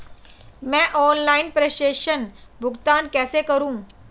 मैं ऑनलाइन प्रेषण भुगतान कैसे करूँ?